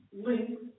Link